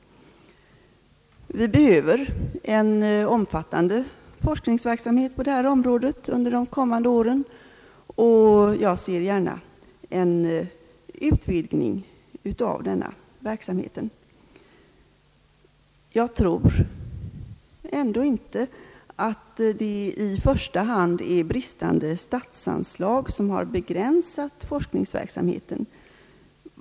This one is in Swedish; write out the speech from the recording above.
Vi behöver en omfattande forskningsverksamhet på detta område under de kommande åren och jag ser gärna en utvidgning av den verksamheten. Jag tror ändå inte att det i första hand är bristande statsanslag som har begränsat forskningsverksamheten.